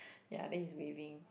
ya then he's waving